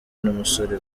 n’umusore